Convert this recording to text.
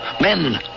men